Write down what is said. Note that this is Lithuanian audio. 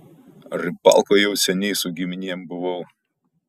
rybalkoj jau seniai su giminėm buvau